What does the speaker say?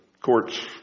courts